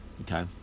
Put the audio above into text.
Okay